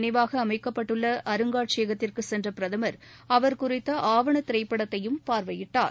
நினைவாகஅமைக்கப்பட்டுள்ளஅருங்காட்சியகத்திற்குசென்றபிரதமர் Chhoturam sir அவர் குறித்தஆவணதிரைப்படத்தையும் பார்வையிட்டார்